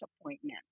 appointment